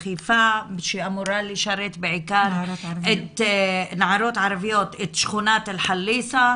שאמורה לשרת בעיקר את שכונת אלחליסה.